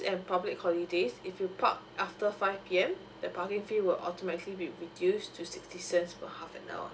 public holidays if you park after five p m the parking fee will automatically be reduced to sixty cents for half an hour